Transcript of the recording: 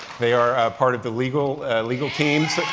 they are part of the legal legal teams